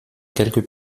quelques